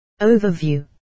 Overview